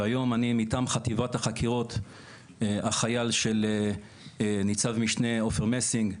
והיום אני מטעם חטיבת החקירות החייל של ניצב משנה עופר מסינג,